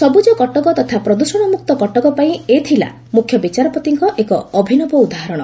ସବୁଜ କଟକ ତଥା ପ୍ରଦୃଷଣ ମୁକ୍ତ କଟକ ପାଇଁ ଏ ଥିଲା ମୁଖ୍ୟ ବିଚାରପତିଙ୍କ ଏକ ଅଭିନବ ଉଦାହରଣ